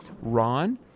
Ron